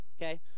okay